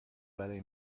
برای